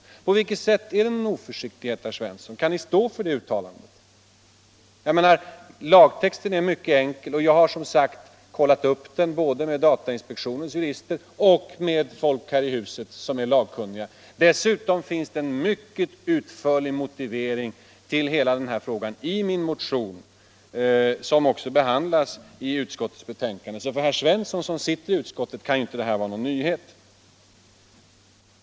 Men på vilket sätt är det en oförsiktighet, herr Svensson? Kan ni stå för det uttalandet? Jag menar att lagtexten är mycket enkel, och jag har som sagt kollat upp den med både datainspektionens jurister och folk här i huset som är lagkunniga. Dessutom finns det en mycket utförlig motivering till hela frågan i min motion, som också behandlats i utskottets betänkande. För herr Svensson, som sitter med i utskottet. kan väl detta inte vara någon nyhet!